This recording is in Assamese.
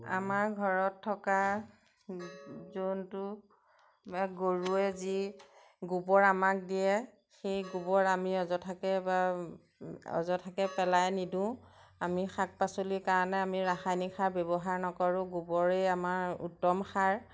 আমাৰ ঘৰত থকা জন্তু গৰুৱে যি গোবৰ আমাক দিয়ে সেই গোবৰ আমি অযথাকে বা অযথাকে পেলাই নিদিওঁ আমি শাক পাচলিৰ কাৰণে আমি ৰাসায়নিক সাৰ ব্যৱহাৰ নকৰোঁ গোবৰেই আমাৰ উত্তম সাৰ